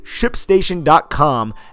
ShipStation.com